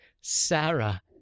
Sarah